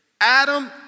Adam